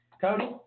Cody